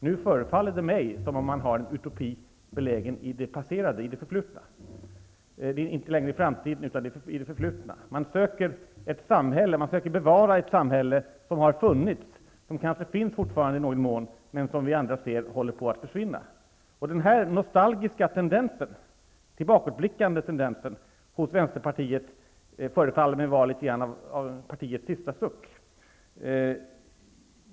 Nu förefaller det mig som om man har en utopi belägen i det passerade, i det förflutna. Man söker bevara ett samhälle som har funnits och som kanske i någon mån fortfarande finns men som vi andra ser håller på att försvinna. De här nostalgiska och tillbakablickande tendensen hos Vänsterpartiet förefaller mig vara något av partiets sista suck.